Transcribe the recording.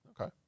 Okay